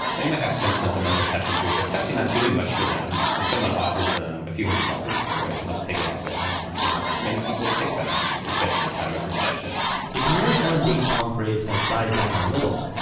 they might have some sentimental attachment to it, but it's actually not doing much for them and someone offers them a few hundred dollars for it and they'll take it off their hands. hands. and many people take that opportunity, especially in the time of recession the canary island date palm craze has died down a little,